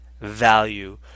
value